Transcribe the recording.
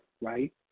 right